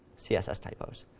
css typos.